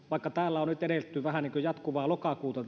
vaikka täällä etelä suomessa on nyt eletty vähän niin kuin jatkuvaa lokakuuta